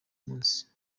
munsi